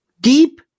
deep